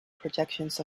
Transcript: projections